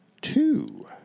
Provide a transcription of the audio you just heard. two